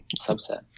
Subset